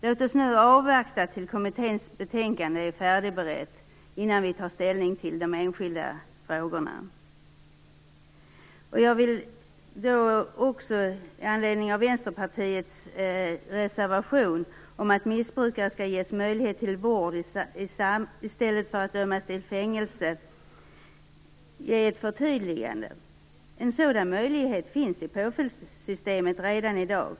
Låt oss nu avvakta tills kommitténs betänkande är färdigberett innan vi tar ställning till de enskilda frågorna. Med anledning av Vänsterpartiets reservation om att missbrukare skall ges möjlighet till vård i stället för att dömas till fängelse vill jag göra ett förtydligande. En sådan möjlighet finns redan i dag i påföljdssystemet.